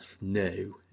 no